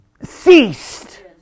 ceased